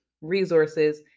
resources